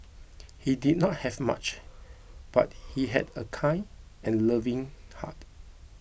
he did not have much but he had a kind and loving heart